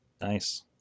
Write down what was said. Nice